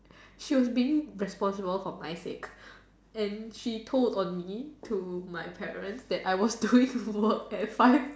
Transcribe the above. she was being responsible for my sake and she told on me to my parents that I was doing work at five